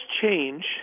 change